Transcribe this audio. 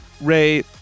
Ray